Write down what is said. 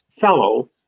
fellow